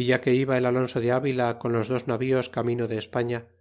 e ya que iba el alonso de avila con los dos navíos camino de españa